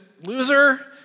loser